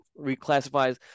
reclassifies